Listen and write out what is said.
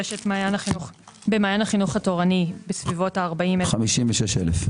במעיין החינוך התורני בסביבות 40 --- 56,000.